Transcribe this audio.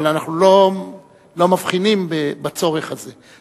אבל אנחנו לא מבחינים בצורך הזה.